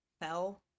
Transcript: fell